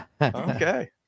Okay